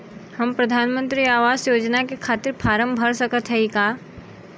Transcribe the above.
हम प्रधान मंत्री आवास योजना के खातिर फारम भर सकत हयी का?